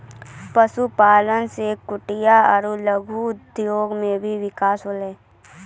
पशुपालन से कुटिर आरु लघु उद्योग मे भी बिकास होलै